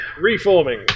reforming